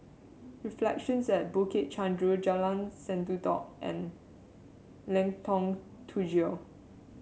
Reflections at Bukit Chandu Jalan Sendudok and Lengkong Tujuh